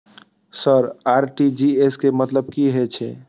Sir RTGS के मतलब की हे छे?